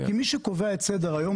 כי מי שקובע את סדר היום,